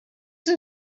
some